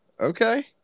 okay